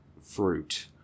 fruit